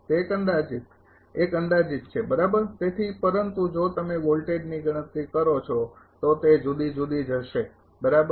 તે એક અંદાજિત એક અંદાજિત છે બરાબર તેથી પરંતુ જો તમે વોલ્ટેજની ગણતરી કરો છો તો તે જુદી જુદી જ હશે બરાબર